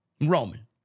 Roman